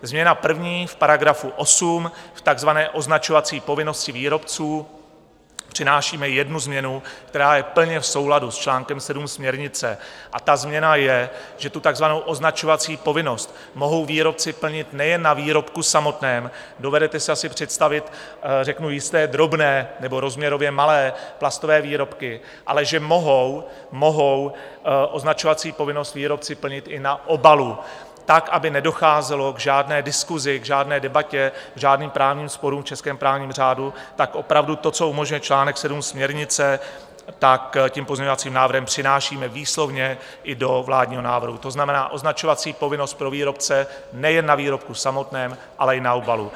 Změna první v § 8 v takzvané označovací povinnosti výrobců přinášíme jednu změnu, která je plně v souladu s čl. 7 směrnice, a ta změna je, že takzvanou označovací povinnost mohou výrobci plnit nejen na výrobku samotném dovedete si asi představit řeknu jisté drobné nebo rozměrově malé plastové výrobky ale že mohou označovací povinnost výrobci plnit i na obalu tak, aby nedocházelo k žádné diskusi, k žádné debatě, k žádným právním sporům v českém právním řádu tak opravdu to, co umožňuje čl. 7 směrnice, tím pozměňovacím návrhem přinášíme výslovně i do vládního návrhu, to znamená, označovací povinnost pro výrobce nejen na výrobku samotném, ale i na obalu.